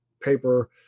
paper